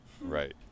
right